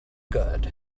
good